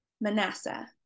Manasseh